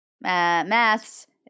maths